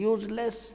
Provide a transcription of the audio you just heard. Useless।